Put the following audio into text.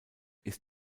ist